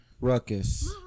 ruckus